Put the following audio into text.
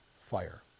fire